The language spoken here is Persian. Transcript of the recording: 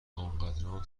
انقدرام